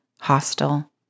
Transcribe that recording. hostile